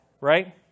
right